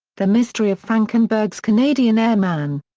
the mystery of frankenberg's canadian airman.